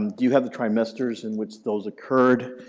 um do you have the trimesters in which those occurred?